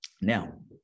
Now